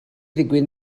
ddigwydd